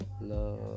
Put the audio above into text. love